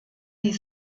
die